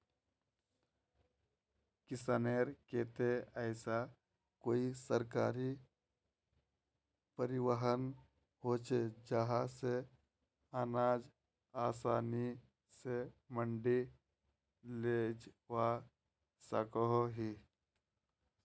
किसानेर केते ऐसा कोई सरकारी परिवहन होचे जहा से अनाज आसानी से मंडी लेजवा सकोहो ही?